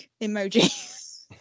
emoji